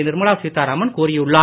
நிர்மலா சீத்தாராமன் கூறியுள்ளார்